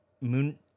Moon